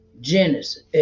Genesis